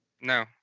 No